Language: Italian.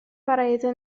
varese